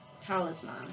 talisman